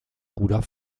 bruder